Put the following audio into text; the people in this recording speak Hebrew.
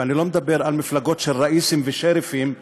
ואני לא מדבר על מפלגות של ראיסים ושריפים,